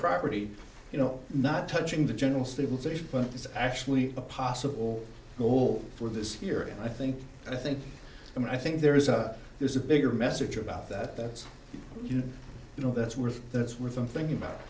property you know not touching the general stabilisation but it's actually a possible goal for this year and i think i think and i think there is a there's a bigger message about that that's you know that's worth that's worth i'm thinking about